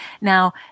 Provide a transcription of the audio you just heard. now